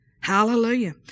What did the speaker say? Hallelujah